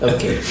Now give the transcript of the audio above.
Okay